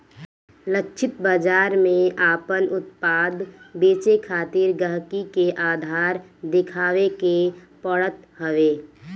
लक्षित बाजार में आपन उत्पाद बेचे खातिर गहकी के आधार देखावे के पड़त हवे